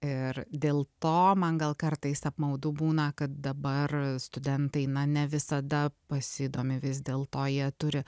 ir dėl to man gal kartais apmaudu būna kad dabar studentai na ne visada pasidomi vis dėl to jie turi